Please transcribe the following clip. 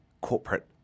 corporate